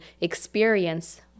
experience